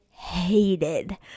hated